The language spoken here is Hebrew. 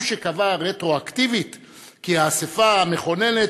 הוא שקבע רטרואקטיבית כי האספה המכוננת